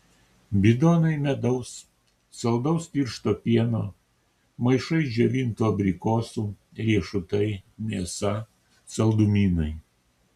bidonai medaus saldaus tiršto pieno maišai džiovintų abrikosų riešutai mėsa saldumynai